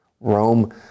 Rome